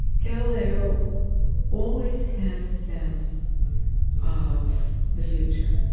galileo always had a sense of the future,